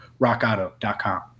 rockauto.com